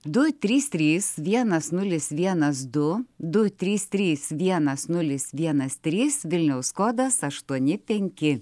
du trys trys vienas nulis vienas du du trys trys vienas nulis vienas trys vilniaus kodas aštuoni penki